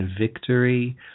victory